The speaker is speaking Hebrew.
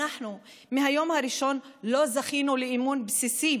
אנחנו מהיום הראשון לא זכינו לאמון הבסיסי